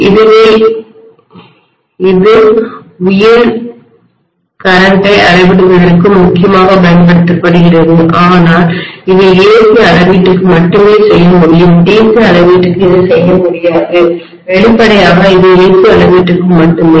எனவே இது உயர் மின்னோட்டத்தை கரண்ட்டை அளவிடுவதற்கு முக்கியமாக பயன்படுத்தப்படுகிறது ஆனால் இது AC அளவீட்டுக்கு மட்டுமே செய்ய முடியும் DC அளவீட்டுக்கு இதை செய்ய முடியாது வெளிப்படையாக இது AC அளவீட்டுக்கு மட்டுமே